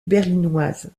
berlinoise